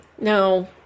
No